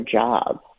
job